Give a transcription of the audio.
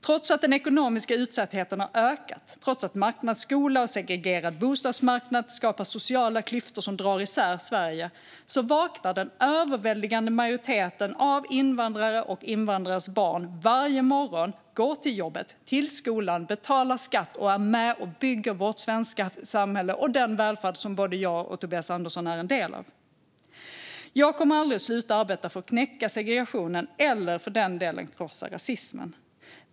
Trots att den ekonomiska utsattheten har ökat, trots att marknadsskola och segregerad bostadsmarknad skapar sociala klyftor som drar isär Sverige, vaknar den överväldigande majoriteten av invandrare och invandrares barn varje morgon, går till jobbet, går till skolan, betalar skatt och är med och bygger vårt svenska samhälle och den välfärd som både Tobias Andersson och jag är en del av. Jag kommer aldrig att sluta arbeta för att knäcka segregationen, eller för den delen för att krossa rasismen.